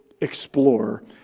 explore